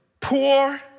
poor